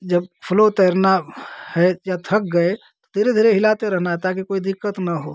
जब स्लो तैरना है या थक गए तो धीरे धीरे हिलाते रहना है ताकि कोई दिक्कत न हो